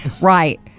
right